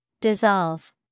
Dissolve